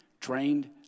trained